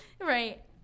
Right